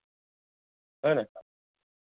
હને